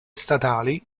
statali